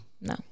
no